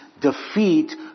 defeat